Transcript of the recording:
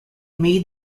made